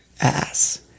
ass